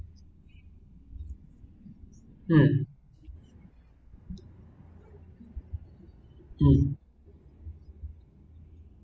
mm mm